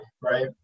right